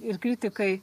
ir kritikai